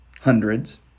hundreds